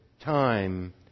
time